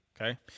Okay